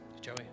Joey